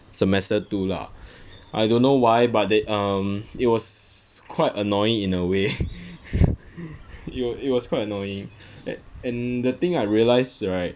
semester two lah I don't know why but they um it was quite annoying in a way it it was quite annoying and the thing I realised right